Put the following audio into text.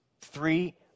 three